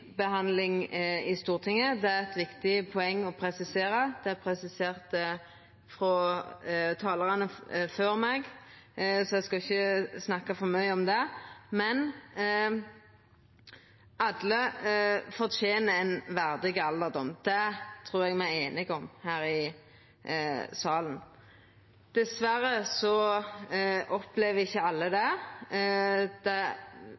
behandling i Stortinget. Eit viktig poeng då, som er presisert av talarane før meg, så eg skal ikkje snakka for mykje om det, er at alle fortener ein verdig alderdom. Det trur eg me er einige om her i salen. Dessverre opplever ikkje alle det. Det